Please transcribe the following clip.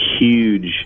huge